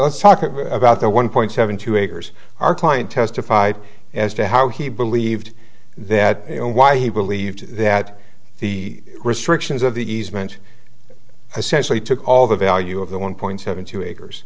let's talk about the one point seven two acres our client testified as to how he believed that you know why he believed that the restrictions of the easement essentially took all the value of the one point seven two acres